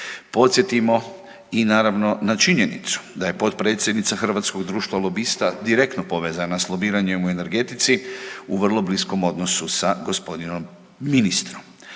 Podsjetimo i naravno na činjenicu da je potpredsjednica Hrvatskog društva lobista direktno povezana s lobiranjem u energetici u vrlo bliskom odnosu sa gospodinom ministru.